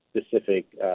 specific